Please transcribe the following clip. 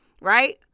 Right